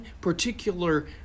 particular